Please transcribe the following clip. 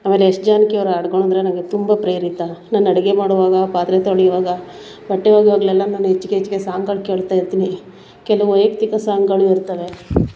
ಆಮೇಲೆ ಎಸ್ ಜಾನಕಿಯವರ ಹಾಡುಗಳಂದ್ರೆ ನನಗೆ ತುಂಬ ಪ್ರೇರಿತ ನಾನು ಅಡುಗೆ ಮಾಡುವಾಗ ಪಾತ್ರೆ ತೊಳೀವಾಗ ಬಟ್ಟೆ ಒಗಿವಾಗಲೆಲ್ಲ ನಾನು ಹೆಚ್ಗೆ ಹೆಚ್ಗೆ ಸಾಂಗಳು ಕೇಳ್ತಾ ಇರ್ತೀನಿ ಕೆಲವು ವೈಯಕ್ತಿಕ ಸಾಂಗಳು ಇರ್ತವೆ